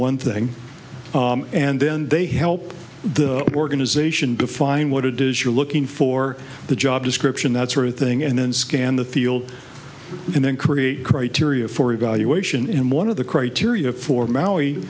one thing and then they help the organization define what it is you're looking for the job description that sort of thing and then scan the field and then create criteria for evaluation and one of the criteria for m